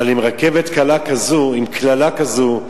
אבל עם רכבת קלה כזאת, עם קללה כזאת,